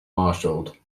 martialed